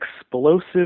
explosive